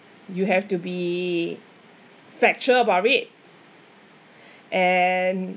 you have to be factual about it and